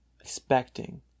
expecting